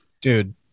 Dude